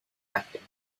acting